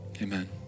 Amen